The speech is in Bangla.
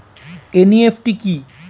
এন.ই.এফ.টি কি?